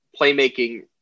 playmaking